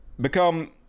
become